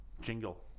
jingle